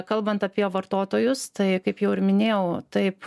kalbant apie vartotojus tai kaip jau ir minėjau taip